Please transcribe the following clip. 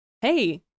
hey